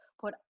put